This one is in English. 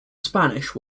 spanish